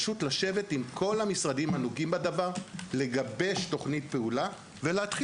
יש לשבת עם כל המשרדים הנוגעים בדבר ולגבש תוכנית פעולה ולהתחיל לרוץ.